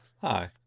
Hi